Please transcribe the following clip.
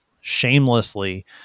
shamelessly